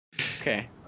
Okay